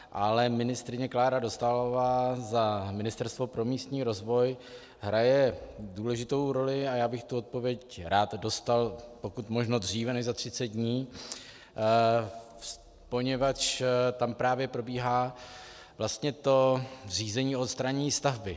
Ale ministryně Klára Dostálová za Ministerstvo pro místní rozvoj hraje důležitou roli a já bych tu odpověď rád dostal pokud možno dříve než na 30 dní, poněvadž tam právě probíhá vlastně to řízení o odstranění stavby.